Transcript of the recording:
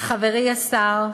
חברי השר,